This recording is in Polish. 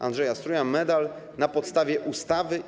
Andrzeja Struja, medal na podstawie ustawy.